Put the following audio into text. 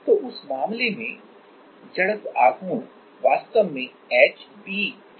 तो उस मामले में मोमेंट आफ इनर्शिया वास्तव में hb312 होगा